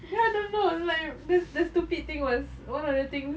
ya I don't know it's like there there's stupid thing was one of the things